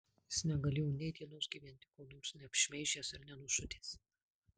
jis negalėjo nei dienos gyventi ko nors neapšmeižęs ar nenužudęs